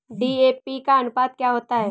DAP का अनुपात क्या होता है?